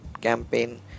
campaign